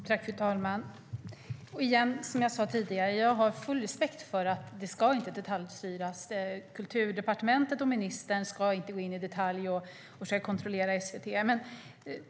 Fru talman! Som jag sade tidigare har jag full respekt för att det inte ska detaljstyras. Kulturdepartementet och ministern ska inte gå in i detalj och försöka kontrollera SVT.